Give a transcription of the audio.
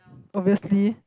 obviously